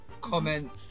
comment